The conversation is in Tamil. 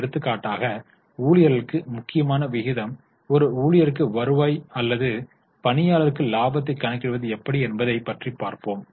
எடுத்துக்காட்டாக ஊழியர்களுக்கு முக்கியமான விகிதம் ஒரு ஊழியருக்கு வருவாய் அல்லது ஒரு பணியாளருக்கு லாபத்தை கணக்கிடுவது எப்படி என்பதை பற்றி பார்த்தோம்